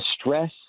stress